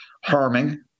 harming